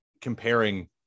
comparing